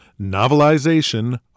novelization